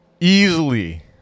Easily